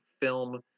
film